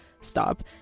stop